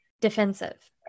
defensive